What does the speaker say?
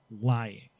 lying